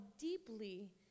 deeply